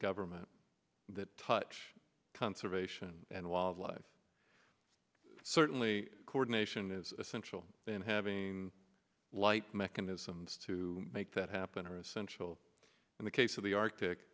government that touch conservation and wildlife certainly coordination is essential been having light mechanisms to make that happen are essential in the case of the arctic